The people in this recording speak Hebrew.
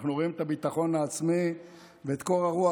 אנחנו רואים את הביטחון העצמי ואת קור הרוח